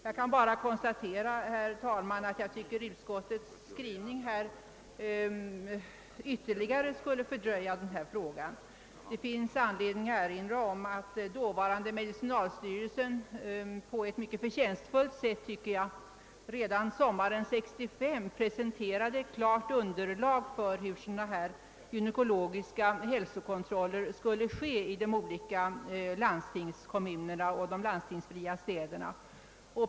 Jag kan bara konstatera, herr talman, att utskottets skrivning såvitt jag förstår är ägnad att ytterligare fördröja denna fråga. Det finns anledning att erinra om att dåvarande medicinalstyrelsen på ett som jag tycker mycket förtjänstfullt sätt redan sommaren 1965 presenterade ett klart underlag för hur gynekologiska hälsokontroller skulle kunna genomföras i landstingskommunerna och i de landstingsfria städerna.